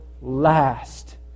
last